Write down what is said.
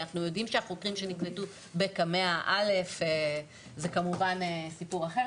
אנחנו יודעים שהחוקרים שנקלטו בקמ"ע א' זה כמובן סיפור אחר.